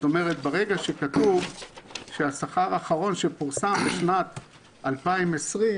זאת אומרת שברגע שכתוב שהשכר האחרון שפורסם בשנת 2020,